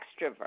extrovert